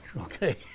okay